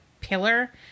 pillar